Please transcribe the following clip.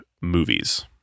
movies